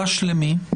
למי הוא מוגש?